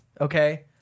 okay